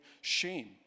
shame